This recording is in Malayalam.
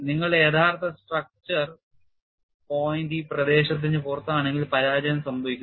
നിങ്ങളുടെ യഥാർത്ഥ structure പോയിന്റ് ഈ പ്രദേശത്തിന് പുറത്താണെങ്കിൽ പരാജയം സംഭവിക്കും